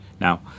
Now